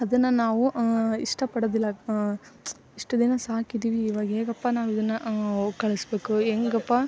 ಅದನ್ನು ನಾವು ಇಷ್ಟಪಡೋದಿಲ್ಲ ಇಷ್ಟು ದಿನ ಸಾಕಿದ್ದೀವಿ ಇವಾಗ ಹೇಗಪ್ಪ ನಾವಿದನ್ನು ಕಳಿಸಬೇಕು ಹೇಗಪ್ಪಾ